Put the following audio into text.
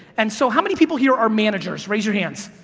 and so how many people here are managers, raise your hands.